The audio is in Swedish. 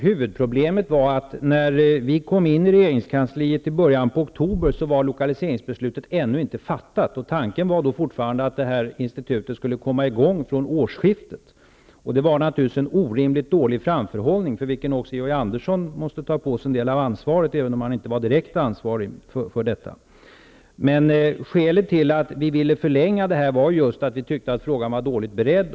Huvudproblemet var ju att när vi i början av oktober flyttade in i regeringskansliet var lokaliseringsbeslutet ännu inte fattat. Tanken från vår sida var då fortfarande att institutet skulle komma i gång med sin verksamhet från årsskiftet. Det var naturligtvis en orimligt dålig framförhållning, för vilken också Georg Andersson måste ta på sig en del av ansvaret, även om han inte hade det direkta ansvaret. Skälet till att vi ville ha en förlängning var just att vi tyckte att frågan var dåligt beredd.